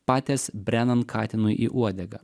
pates brenan katinui į uodegą